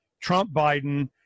Trump-Biden